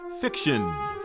fiction